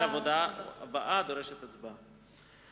עכשיו הודעה שדורשת הצבעה.